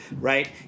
right